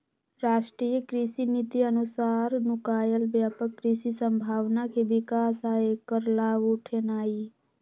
राष्ट्रीय कृषि नीति अनुसार नुकायल व्यापक कृषि संभावना के विकास आ ऐकर लाभ उठेनाई